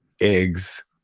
eggs